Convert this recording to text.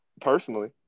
personally